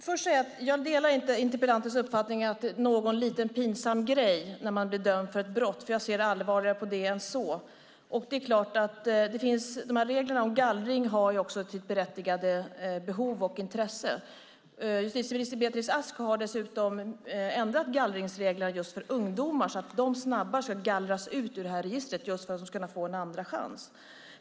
Fru talman! Jag delar inte interpellantens uppfattning att det är fråga om någon liten pinsam sak när man blir dömd för ett brott. Jag ser allvarligare på det än så. Reglerna om gallring har naturligtvis sitt berättigade behov och intresse. Justitieminister Beatrice Ask har ändrat gallringsreglerna för just ungdomar så att de snabbare ska gallras ut ur registret och kunna få en andra chans.